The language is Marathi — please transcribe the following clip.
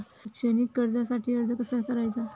शैक्षणिक कर्जासाठी अर्ज कसा करायचा?